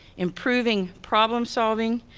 improving problem solving,